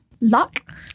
Luck